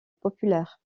populaire